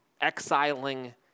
exiling